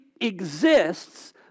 exists